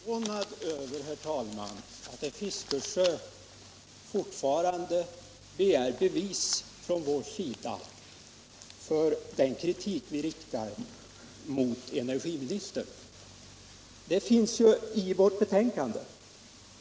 Herr talman! Jag är förvånad över att herr Fiskesjö fortfarande begär bevis från vår sida med anledning av den kritik vi riktar mot energiministern. Bevisen finns ju i betänkandet.